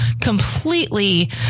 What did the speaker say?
completely